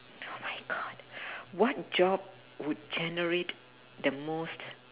oh my god what job would generate the most